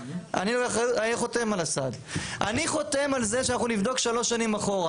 אני חותם על זה שאנחנו נבדוק שלוש שנים אחורה.